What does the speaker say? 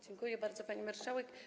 Dziękuję bardzo, pani marszałek.